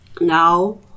now